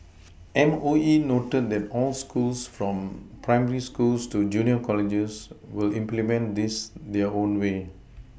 M O E noted that all schools from primary schools to junior colleges will implement this their own way